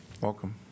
Welcome